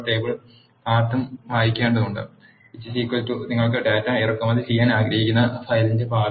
table പാത്തും വായിക്കേണ്ടതുണ്ട് നിങ്ങൾക്ക് ഡാറ്റ ഇറക്കുമതി ചെയ്യാൻ ആഗ്രഹിക്കുന്ന ഫയലിന്റെ പാത